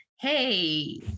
Hey